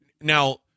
now